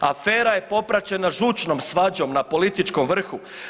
Afera je popraćena žučnom svađom na političkom vrhu.